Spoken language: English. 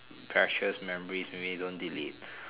precious memories maybe don't delete